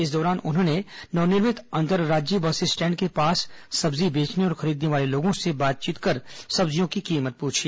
इस दौरान उन्होंने नवनिर्मित अंतर्राज्यीय बस स्टैंड के पास सब्जी बेचने और खरीदने वालों से बातचीत कर सब्जियों की कीमत पूछी